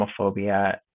homophobia